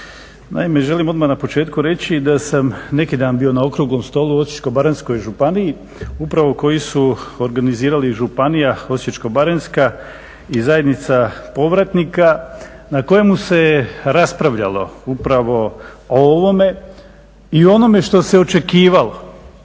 Naime, želim odmah na početku reći da sam neki dan bio na Okruglom stolu u Osječko-baranjskoj županiji, upravo koji su organizirali iz županija Osječko-baranjska i zajednica povratnika na kojemu se je raspravljalo upravo o ovome i onome što se očekivalo